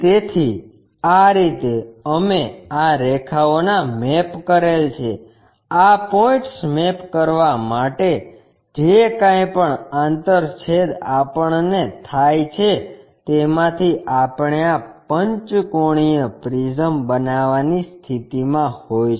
તેથી આ રીતે અમે આ રેખાઓનો મેપ કરેલ છે આ પોઈન્ટ્સ મેપ કરવાં માટે જે કાંઈ પણ આંતરછેદ આપણને થાય છે તેમાંથી આપણે આ પંચકોણિય પ્રિઝમ બનાવવાની સ્થિતિમાં હોઈશું